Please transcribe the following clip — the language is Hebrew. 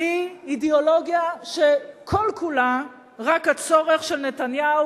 היא אידיאולוגיה שכל-כולה רק הצורך של נתניהו